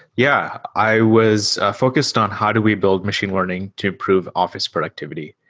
yeah, i was focused on how to rebuild machine learning to improve office productivity.